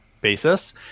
basis